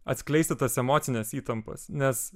atskleisti tas emocines įtampas nes